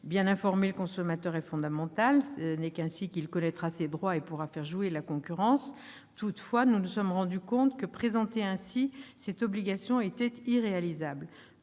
Bien informer le consommateur est fondamental, car c'est seulement ainsi que celui-ci connaîtra ses droits et pourra faire jouer la concurrence. Toutefois, nous nous sommes rendu compte que, présentée ainsi, cette obligation ne pouvait